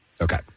Okay